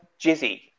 Jizzy